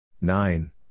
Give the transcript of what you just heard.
Nine